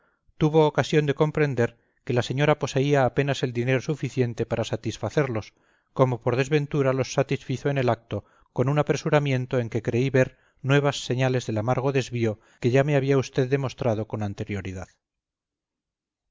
tuvo ocasión de comprender que la señora poseía apenas el dinero suficiente para satisfacerlos como por desventura los satisfizo en el acto con un apresuramiento en que creí ver nuevas señales del amargo desvío que ya me había usted demostrado con anterioridad